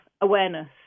awareness